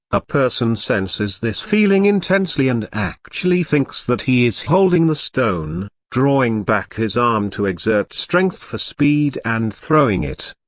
a person senses this feeling intensely and actually thinks that he is holding the stone, drawing back his arm to exert strength for speed and throwing it.